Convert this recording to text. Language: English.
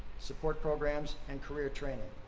support programs, and career training.